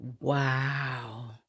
Wow